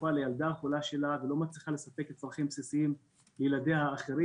תרופה לילדה החולה שלה ולא מצליחה לספק צרכים בסיסיים לילדיה האחרים.